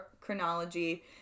chronology